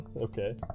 Okay